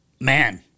Man